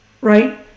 right